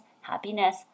happiness